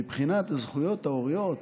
מבחינת הזכויות ההוריות